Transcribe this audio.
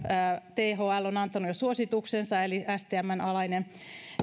thl on antanut jo suosituksensa eli stmn alainen